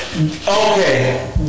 okay